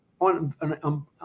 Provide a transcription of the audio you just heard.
on